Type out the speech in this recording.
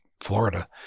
Florida